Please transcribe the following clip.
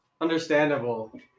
understandable